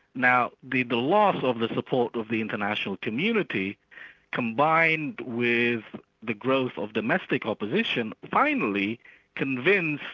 now the the loss of the support of the international community combined with the growth of domestic opposition, finally convinced